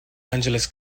angeles